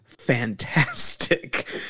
fantastic